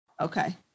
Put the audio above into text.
Okay